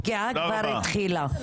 הפגיעה כבר התחילה.